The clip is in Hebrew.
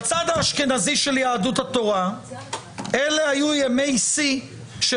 בצד האשכנזי של יהדות התורה אלה היו ימי שיא של